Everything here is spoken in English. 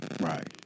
Right